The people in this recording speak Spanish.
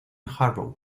harrow